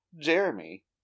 jeremy